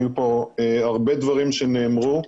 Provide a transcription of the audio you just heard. היו פה הרבה דברים שנאמרו.